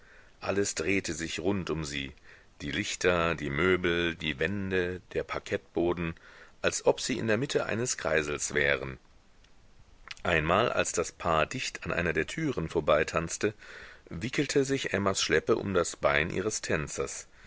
alles drehte sich rund um sie die lichter die möbel die wände der parkettboden als ob sie in der mitte eines kreisels wären einmal als das paar dicht an einer der türen vorbeitanzte wickelte sich emmas schleppe um das bein ihres tänzers